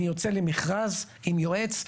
אני יוצא למכרז עם יועץ.